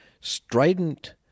strident